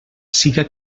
siga